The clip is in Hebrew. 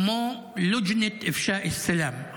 כמו לג'נאת אפשאא אלסלאם,